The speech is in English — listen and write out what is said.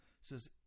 says